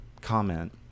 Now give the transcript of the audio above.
comment